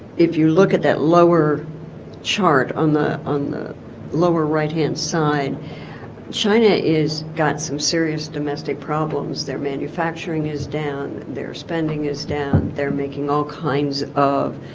if you look at that lower chart on the on the lower right hand side china is got some serious domestic problems their manufacturing is down and their spending is down they're making all kinds of